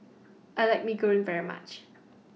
I like Mee Goreng very much